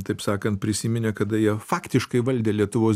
taip sakant prisiminė kada jie faktiškai valdė lietuvos